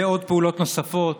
ופעולות נוספות.